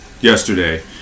yesterday